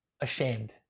ashamed